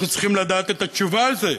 אנחנו צריכים לדעת את התשובה על זה.